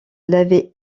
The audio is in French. l’avait